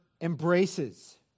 embraces